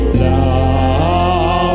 love